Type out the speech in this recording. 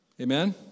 Amen